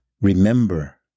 Remember